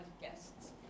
guests